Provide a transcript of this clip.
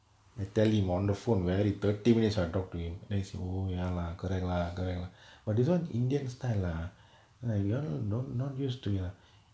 I tell him on the phone very thirty minutes are talk to him next she oh ya lah correct lah correct lah but this [one] indian style lah like you will don't don't used to together